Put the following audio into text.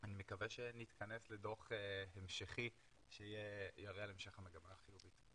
אני מקווה שנתכנס לדו"ח המשכי שיראה על המשך המגמה החיובית.